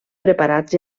preparats